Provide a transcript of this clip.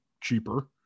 cheaper